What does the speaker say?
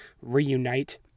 reunite